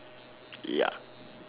ya